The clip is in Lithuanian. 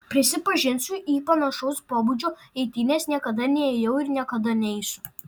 prisipažinsiu į panašaus pobūdžio eitynes niekada neėjau ir niekada neisiu